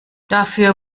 dafür